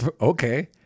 okay